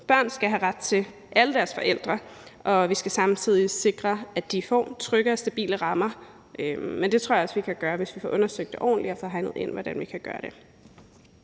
Børn skal have ret til alle deres forældre, og vi skal samtidig sikre, at de får trygge og stabile rammer. Men det tror jeg også vi kan gøre, hvis vi får det undersøgt ordentligt og får hegnet ind, hvordan vi kan gøre det.